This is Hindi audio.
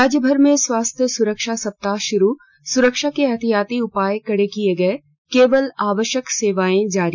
राज्यभर में स्वास्थ्य सुरक्षा सप्ताह शुरू सुरक्षा के एहतियाती उपाय कड़े किये गये केवल आवश्यक सेवाएं जारी